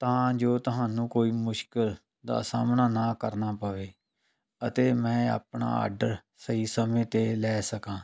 ਤਾਂ ਜੋ ਤੁਹਾਨੂੰ ਕੋਈ ਮੁਸ਼ਕਿਲ ਦਾ ਸਾਹਮਣਾ ਨਾ ਕਰਨਾ ਪਵੇ ਅਤੇ ਮੈਂ ਆਪਣਾ ਆਡਰ ਸਹੀ ਸਮੇਂ 'ਤੇ ਲੈ ਸਕਾਂ